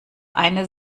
eine